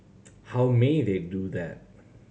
how may they do that